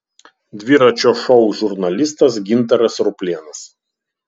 dviračio šou žurnalistas gintaras ruplėnas